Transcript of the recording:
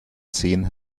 zehn